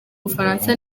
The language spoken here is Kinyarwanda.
bufaransa